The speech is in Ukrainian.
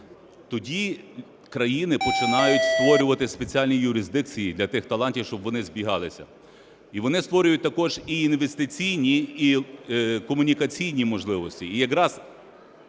тоді країни починають створювати спеціальні юрисдикції для тих талантів, щоб вони збігалися. І вони створюють також і інвестиційні, і комунікаційні можливості.